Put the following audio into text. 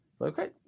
Okay